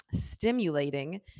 stimulating